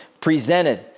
presented